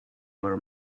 were